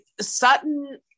Sutton